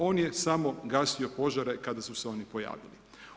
On je samo gasio požare kada su se oni pojavili.